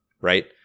right